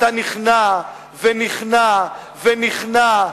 אתה נכנע ונכנע ונכנע,